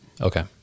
Okay